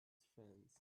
fans